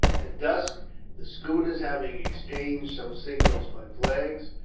at dusk the schooners, having exchanged some signals by flags,